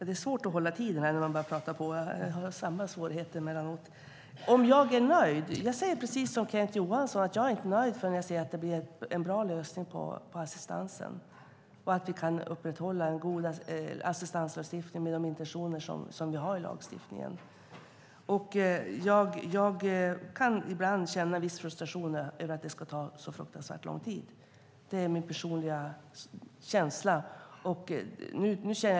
Herr talman! Lennart Axelsson frågar om jag är nöjd. Jag säger precis som Kenneth Johansson: Jag är inte nöjd förrän jag ser att det blir en bra lösning på assistansen och att vi kan upprätthålla en god assistanslagstiftning med de intentioner vi har i lagstiftningen. Jag kan ibland känna viss frustration över att det ska ta så fruktansvärt lång tid. Det är min personliga känsla.